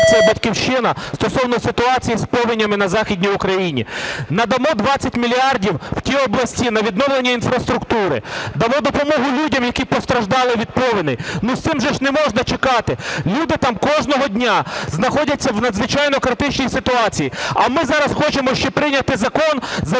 "Батьківщина" стосовно ситуації з повенями на Західній Україні, надамо 20 мільярдів в ті області на відновлення інфраструктури, дамо допомогу людям, які постраждали від повеней. Ну, з цим же ж не можна чекати! Люди там кожного дня знаходяться в надзвичайно критичній ситуації, а ми зараз хочемо ще прийняти закон